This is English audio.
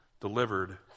delivered